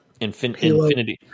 Infinity